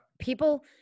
people –